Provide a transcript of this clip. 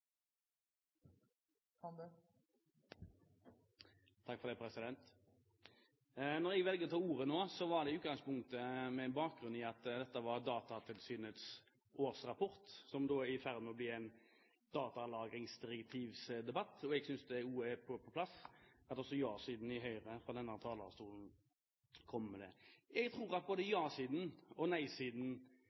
faktisk setter i dag. Når jeg velger å ta ordet nå, er det i utgangspunktet med bakgrunn i at debatten om Datatilsynets årsrapport er i ferd med å bli en datalagringsdirektivdebatt, og jeg synes det er på sin plass at også ja-siden i Høyre fra denne talerstolen kommer med det. Jeg tror at både ja-siden og